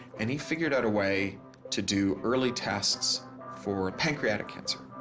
and he figured out a way to do early tests for pancreatic cancer.